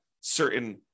certain